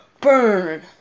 Burn